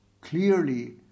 clearly